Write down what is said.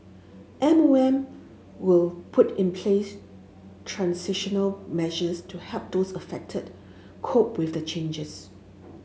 M O M will put in place transitional measures to help those affected cope with the changes